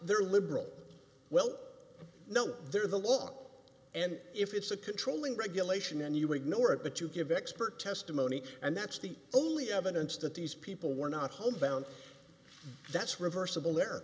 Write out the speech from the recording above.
they're liberal well no they're the law and if it's a controlling regulation and you ignore it but to give expert testimony and that's the only evidence that these people were not homebound that's reversible